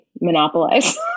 monopolize